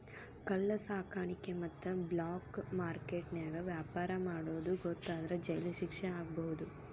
ಕಳ್ಳ ಸಾಕಾಣಿಕೆ ಮತ್ತ ಬ್ಲಾಕ್ ಮಾರ್ಕೆಟ್ ನ್ಯಾಗ ವ್ಯಾಪಾರ ಮಾಡೋದ್ ಗೊತ್ತಾದ್ರ ಜೈಲ್ ಶಿಕ್ಷೆ ಆಗ್ಬಹು